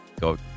go